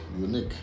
unique